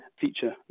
feature